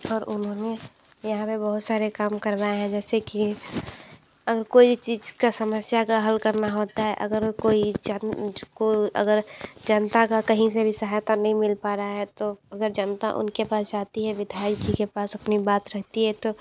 और उन्होंने यहाँ पे बहुत सारे काम करवाएँ हैं जैसे कि अगर कोई चीज़ का समस्या का हल करना होता है अगर कोई जंज को अगर जनता का कहीं से भी सहायता नहीं मिल पा रहा है तो अगर जनता उनके पास जाती है विधायक जी के पास अपनी बात रखती है तो